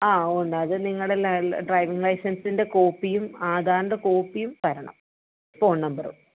ആ ഉണ്ട് അത് നിങ്ങൾ ഡ്രൈവിങ് ലൈസെൻസിൻ്റെ കോപ്പിയും ആധാറിൻ്റെ കോപ്പിയും തരണം ഫോൺ നമ്പറും